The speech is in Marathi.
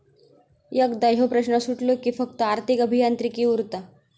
एकदा ह्यो प्रश्न सुटलो कि फक्त आर्थिक अभियांत्रिकी उरता